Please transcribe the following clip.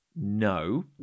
No